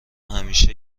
همیشه